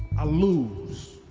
i lose.